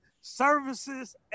Services